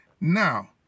Now